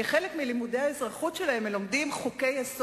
כחלק מלימודי האזרחות שלהם הם לומדים חוקי-יסוד,